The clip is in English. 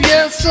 Yes